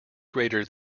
greater